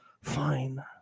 Fine